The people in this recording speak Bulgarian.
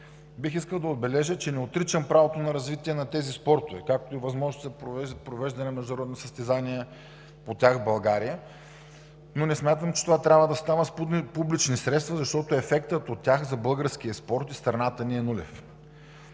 Бих искал да отбележа, че не отричам правото на развитие на тези спортове, както и възможностите за провеждане на международни състезания по тях в България, но не смятам, че това трябва да става с публични средства, защото ефектът от тях за българския спорт и страната ни е нулев.